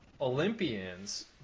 Olympians